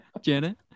Janet